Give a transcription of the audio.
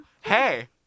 Hey